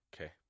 Okay